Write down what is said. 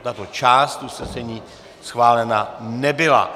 Tato část usnesení schválena nebyla.